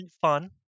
fun